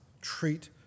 treat